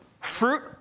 fruit